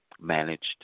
managed